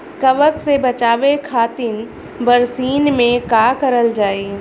कवक से बचावे खातिन बरसीन मे का करल जाई?